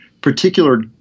particular